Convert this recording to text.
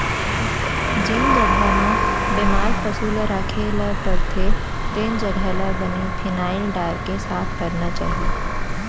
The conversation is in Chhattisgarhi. जेन जघा म बेमार पसु ल राखे ल परथे तेन जघा ल बने फिनाइल डारके सफा करना चाही